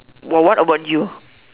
what what about you